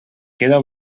queda